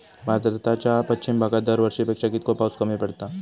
भारताच्या पश्चिम भागात दरवर्षी पेक्षा कीतको पाऊस कमी पडता?